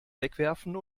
wegwerfen